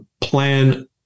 plan